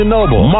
Noble